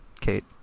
kate